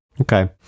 okay